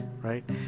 right